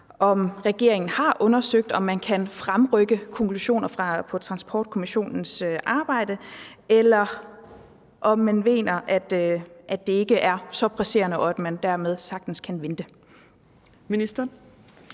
om regeringen har undersøgt, om man kan fremrykke konklusioner fra Transportkommissionens arbejde, eller om man mener, at det ikke er så presserende, og at man dermed sagtens kan vente. Kl.